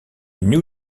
new